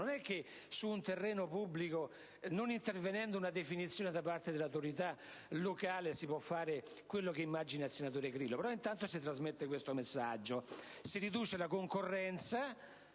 Non è vero che, su un terreno pubblico, non intervenendo una definizione da parte dell'autorità locale si possa fare ciò che immagina il senatore Grillo. Intanto, però, si trasmette questo messaggio. Si riduce la concorrenza,